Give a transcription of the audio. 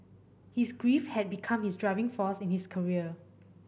his grief had become his driving force in his career